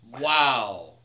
wow